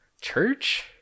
church